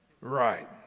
Right